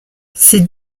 ces